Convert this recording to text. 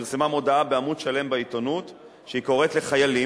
פרסמה מודעה בעמוד שלם בעיתונות שהיא קוראת לחיילים,